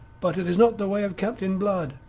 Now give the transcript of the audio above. but it is not the way of captain blood.